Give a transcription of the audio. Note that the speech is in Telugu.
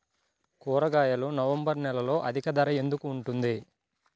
కూరగాయలు నవంబర్ నెలలో అధిక ధర ఎందుకు ఉంటుంది?